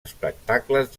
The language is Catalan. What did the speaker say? espectacles